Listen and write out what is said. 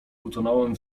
utonąłem